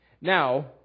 Now